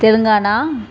Telangana